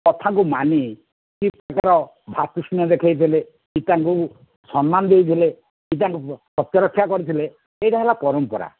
କଥାକୁ ମାନି କି ତାଙ୍କର ଭାତୃଷ୍ଣା ଦେଖେଇଥିଲେ ପିତାଙ୍କୁ ସମ୍ମାନ ଦେଇଥିଲେ ପିତାଙ୍କ ସତ୍ୟ ରକ୍ଷା କରିଥିଲେ ଏଇଟା ହେଲା ପରମ୍ପରା